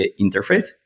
interface